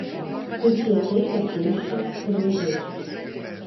tu siekei kad geisčiau ir ilgėčiausi